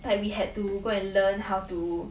like we had to go and learn how to